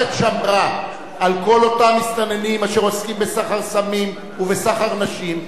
שמרה על כל אותם מסתננים אשר עוסקים בסחר סמים ובסחר נשים,